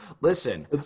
Listen